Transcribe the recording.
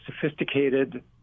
sophisticated